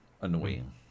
annoying